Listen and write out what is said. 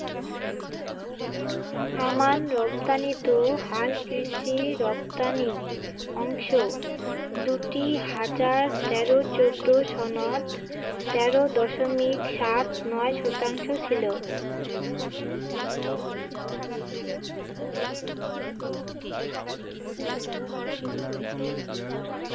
আমান রপ্তানিত হালকৃষি রপ্তানি অংশ দুই হাজার তেরো চৌদ্দ সনত তেরো দশমিক সাত নয় শতাংশ ছিল